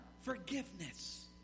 forgiveness